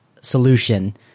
solution